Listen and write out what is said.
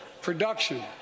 Production